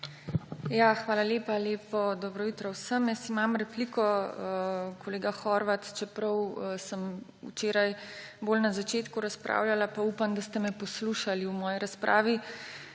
Hvala lepa. Lepo dobro jutro vsem! Jaz imam repliko, kolega Horvat, čeprav sem včeraj bolj na začetku razpravljala, pa upam, da ste me poslušali v moji razpravi,